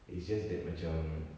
it's just that macam